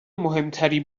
مهمتری